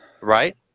right